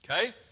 Okay